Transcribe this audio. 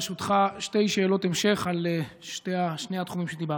ברשותך, שתי שאלות המשך על שני התחומים שדיברת.